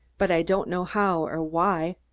but i don't know how or why.